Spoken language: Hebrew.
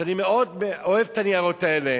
אני מאוד אוהב את הניירות האלה.